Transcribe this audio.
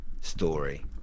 story